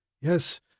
Yes